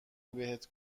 بهت